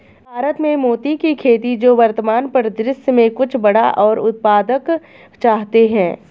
भारत में मोती की खेती जो वर्तमान परिदृश्य में कुछ बड़ा और उत्पादक चाहते हैं